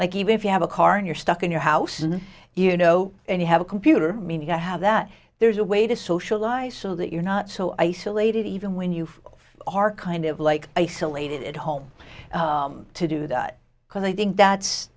like even if you have a car and you're stuck in your house and you know and you have a computer i mean you know how that there's a way to socialize so that you're not so isolated even when you are kind of like isolated at home to do that because i think that's